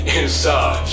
inside